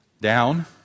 down